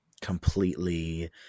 completely